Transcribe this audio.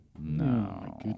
No